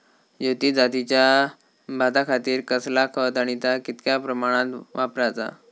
ज्योती जातीच्या भाताखातीर कसला खत आणि ता कितक्या प्रमाणात वापराचा?